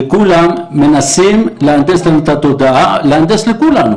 מנסים להנדס לנו את התודעה להנדס לכולנו